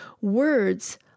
Words